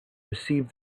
received